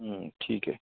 हं ठीक आहे